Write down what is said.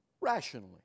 Rationally